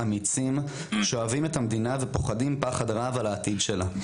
אמיצים שאוהבים את המדינה ופוחדים פחד רב על העתיד שלה,